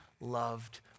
loved